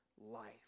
life